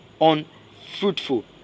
unfruitful